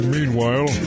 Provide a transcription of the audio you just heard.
Meanwhile